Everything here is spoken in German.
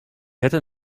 hätte